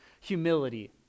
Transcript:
Humility